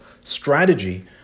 strategy